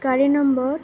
ଗାଡ଼ି ନମ୍ବର୍